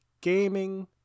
Gaming